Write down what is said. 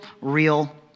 real